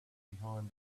behind